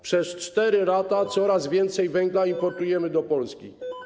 Przez 4 lata coraz więcej węgla importujemy do Polski.